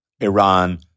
Iran